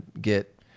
get